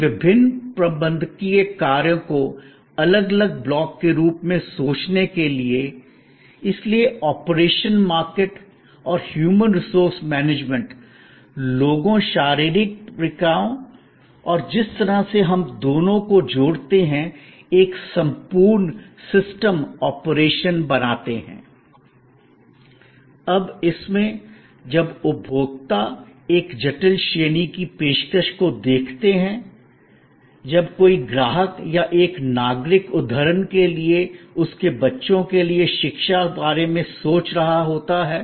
इन विभिन्न प्रबंधकीय कार्यों को अलग अलग ब्लॉक के रूप में सोचने के लिए इसलिए ऑपरेशन मार्केटिंग और ह्यूमन रिसोर्स मैनेजमेंट लोगों शारीरिक प्रक्रियाओं और जिस तरह से हम दोनों को जोड़ते हैं एक संपूर्ण सिस्टम ओरिएंटेशन बनाते हैं अब इसमें जब उपभोक्ता एक जटिल श्रेणी की पेशकश को देखते हैं जब कोई ग्राहक या एक नागरिक उद्धरण के लिए उसके बच्चों के लिए शिक्षा बारे में सोच रहा होता है